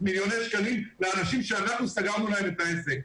מיליוני שקלים לאנשים שאנחנו סגרנו להם את העסק.